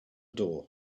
door